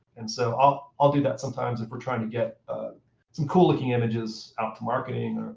and so i'll i'll do that sometimes if we're trying to get ah some cool-looking images out to marketing,